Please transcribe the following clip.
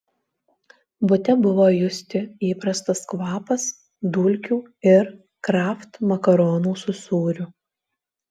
bute buvo justi įprastas kvapas dulkių ir kraft makaronų su sūriu